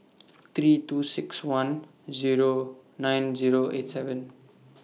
three two six one Zero nine Zero eight seven